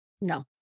No